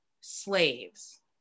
slaves